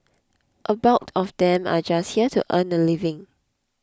a bulk of them are just here to earn a living